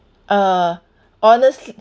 uh honestly